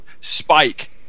Spike